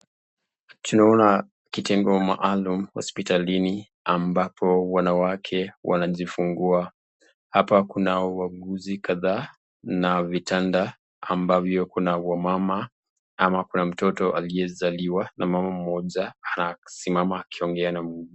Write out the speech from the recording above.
Tunaona kitengo maalum hospitalini ambapo wanawake wanajifungua. Hapa kuna wauguzi kadhaa na vitanda ambavyo kuna wamama ama kuna mtoto aliyezaliwa na mama mmoja anasimama akiongea na muuguzi.